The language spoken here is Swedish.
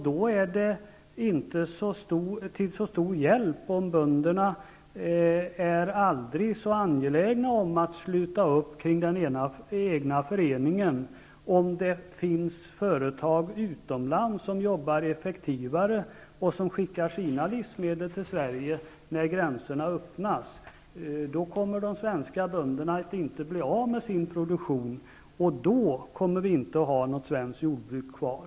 Det är inte till så stor hjälp att bönderna är aldrig så angelägna om att sluta upp kring den egna föreningen om det finns företag utomlands som jobbar effektivare och som skickar sina livsmedel till Sverige när gränserna öppnas. Då kommer inte de svenska bönderna att bli av med sin produktion, och då kommer vi inte att ha något svenskt jordbruk kvar.